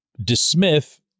DeSmith